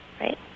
right